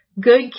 good